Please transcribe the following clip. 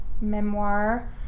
memoir